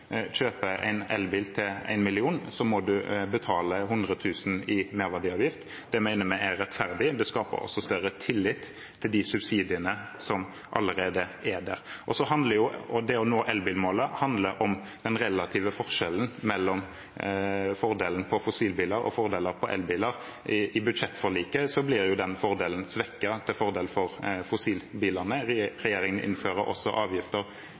en elbil til 1 mill. kr, må man betale 100 000 kr i merverdiavgift. Det mener vi er rettferdig. Det skaper også større tillit til de subsidiene som allerede er der. Det å nå elbilmålet handler om den relative forskjellen mellom fordeler for fossilbiler og fordeler for elbiler. I budsjettforliket blir jo de fordelene svekket til fordel for fossilbilene. Regjeringen innfører også avgifter